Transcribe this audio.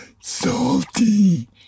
salty